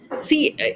See